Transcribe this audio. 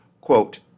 Quote